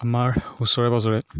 আমাৰ ওচৰে পাজৰে